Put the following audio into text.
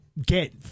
get